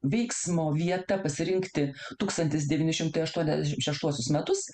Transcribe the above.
veiksmo vietą pasirinkti tūkstantis devyni šimtai aštuoniasdešim šeštuosius metus